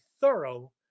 thorough